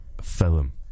film